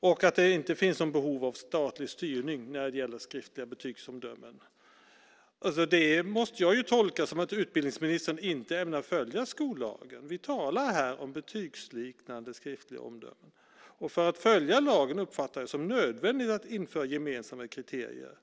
och att det inte finns något behov av statlig styrning när det gäller skriftliga betygsomdömen. Det måste jag tolka som att utbildningsministern inte ämnar följa skollagen. Vi talar här om betygsliknande skriftliga omdömen. För att följa lagen uppfattar jag det som nödvändigt att införa gemensamma kriterier.